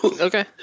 Okay